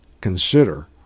consider